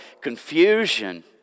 confusion